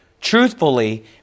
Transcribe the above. Truthfully